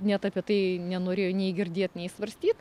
net apie tai nenorėjo nei girdėt nei svarstyt